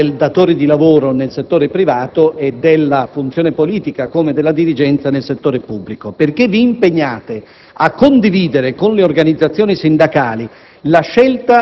del datore di lavoro nel settore privato e della funzione politica come della dirigenza nel settore pubblico, perché vi impegnate a condividere con le organizzazioni sindacali